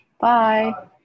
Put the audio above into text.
Bye